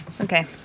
okay